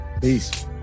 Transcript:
Peace